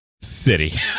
city